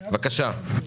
בבקשה.